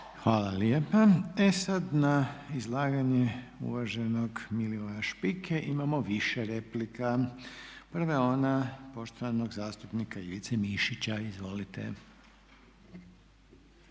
Hvala lijepa. E sada na izlaganje uvaženog Milivoja Špike imamo više replika. Prva je ona poštovanog zastupnika Ivice Mišića, izvolite.